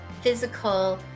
physical